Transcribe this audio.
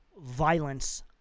violence